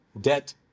debt